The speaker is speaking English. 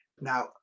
Now